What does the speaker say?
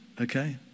okay